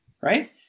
Right